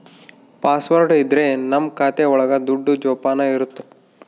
password ಇದ್ರೆ ನಮ್ ಖಾತೆ ಒಳಗ ದುಡ್ಡು ಜೋಪಾನ ಇರುತ್ತೆ